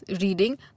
reading